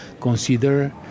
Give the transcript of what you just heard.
consider